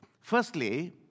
Firstly